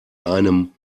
einem